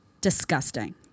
Disgusting